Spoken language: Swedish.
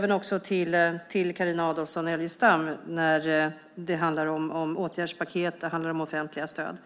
vill jag kommentera vad Carina Adolfsson Elgestam sade om åtgärdspaket och offentliga stöd.